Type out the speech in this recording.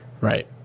Right